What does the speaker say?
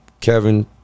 Kevin –